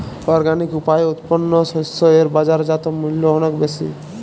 organic উপায়ে উৎপন্ন শস্য এর বাজারজাত মূল্য অনেক বেশি